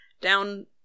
down